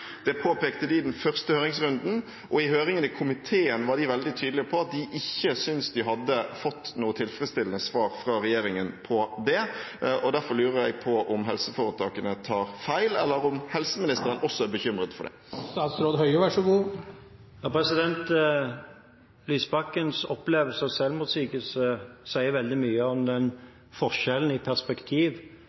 Det påpekte de i den første høringsrunden, og i høringen i komiteen var de veldig tydelige på at de ikke syntes de hadde fått noe tilfredsstillende svar fra regjeringen på det. Derfor lurer jeg på om helseforetakene tar feil eller om helseministeren også er bekymret for det. Lysbakkens opplevelse av selvmotsigelse sier veldig mye om forskjellen i perspektiv